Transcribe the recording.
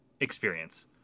experience